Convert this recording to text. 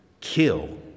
kill